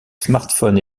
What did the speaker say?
smartphone